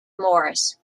morris